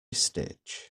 stitch